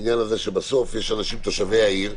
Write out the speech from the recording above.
ואז בשלב ראשון אתה יכול לפתוח עסקים,